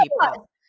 people